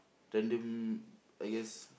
random I guess